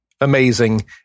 amazing